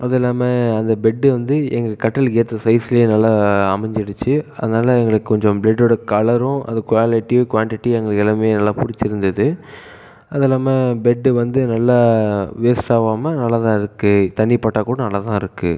அதுல்லாமல் அந்த பெட்டு வந்து எங்கள் கட்டிலுக்கு ஏற்ற சைஸிலே நல்லா அமஞ்சிடிச்சு அதனால் எங்களுக்கு கொஞ்சம் பெட்டோடய கலரும் அது குவாலிட்டி குவான்டிட்டி எங்களுக்கு எல்லாமே நல்லா பிடிச்சியிருந்துது அதுல்லாமல் பெட் வந்து நல்லா வேஸ்ட் ஆவாமல் நல்லா தான் இருக்குது தண்ணி பட்டால் கூட நல்லா தான் இருக்குது